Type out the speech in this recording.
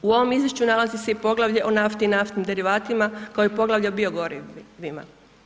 U ovom izvješću nalazi se i poglavlje o nafti i naftnim derivatima koje je poglavlje o biogorivima.